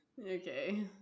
okay